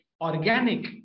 Organic